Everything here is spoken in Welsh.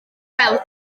weld